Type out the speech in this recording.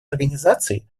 организации